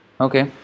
okay